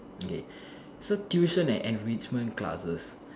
okay so tuition and enrichment classes